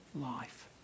life